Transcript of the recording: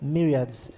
Myriads